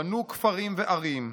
בנו כפרים וערים,